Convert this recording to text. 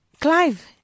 Clive